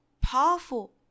powerful